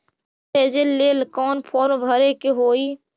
पैसा भेजे लेल कौन फार्म भरे के होई?